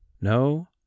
No